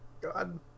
God